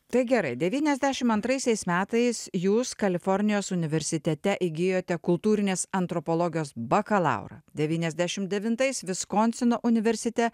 tai gerai devyniasdešim antraisiais metais jūs kalifornijos universitete įgijote kultūrinės antropologijos bakalaurą devyniasdešim devintais viskonsino universite